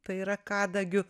tai yra kadagiu